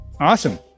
Awesome